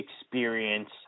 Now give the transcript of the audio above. Experience